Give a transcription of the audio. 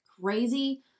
Crazy